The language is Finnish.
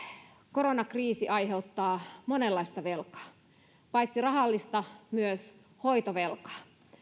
koronakriisi aiheuttaa monenlaista velkaa paitsi rahallista myös hoitovelkaa